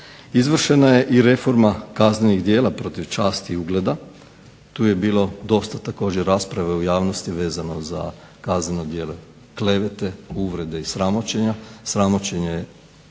Izvršena je i reforma kaznenih djela protiv časti i ugleda. Tu je bilo dosta također rasprave u javnosti vezano za kazneno djelo uvede, klevete .../Loša